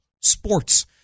sports